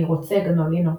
אני רוצה גנו/לינוקס!